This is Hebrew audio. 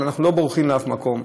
אנחנו לא בורחים לשום מקום,